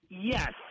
Yes